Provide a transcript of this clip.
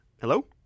Hello